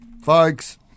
Folks